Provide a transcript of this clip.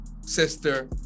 sister